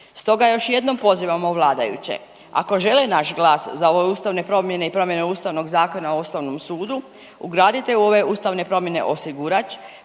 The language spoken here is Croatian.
Stoga još jednom pozivamo vladajuće ako žele naš glas za ove ustavne promjene i promjene Ustavnog zakona o Ustavnom sudu ugradite u ove ustavne promjene osigurač